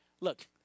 Look